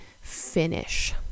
finish